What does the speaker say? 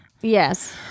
Yes